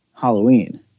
Halloween